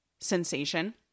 sensation